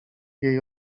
jej